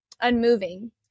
unmoving